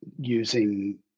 using